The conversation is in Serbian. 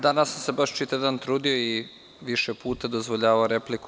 Danas sam se baš čitav dan trudio i više puta dozvoljavao repliku.